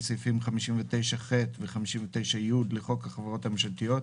סעיפים 59ח ו-59י לחוק החברות הממשלתיות,